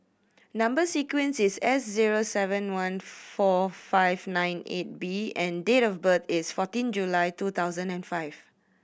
number sequence is S zero seven one four five nine eight B and date of birth is forteen July two thousand and five